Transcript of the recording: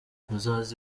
muzaze